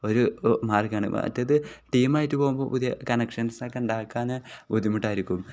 ഒരു മാർഗമാണ് മറ്റേത് ടീമായിട്ട് പോകുമ്പോൾ പുതിയ കണക്ഷൻസൊക്കെ ഉണ്ടാക്കാൻ ബുദ്ധിമുട്ടായിരിക്കും